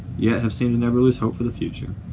yet, i've seen we never lose hope for the future.